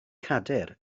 cadair